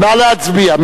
נא להצביע.